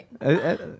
right